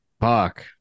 Fuck